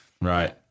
Right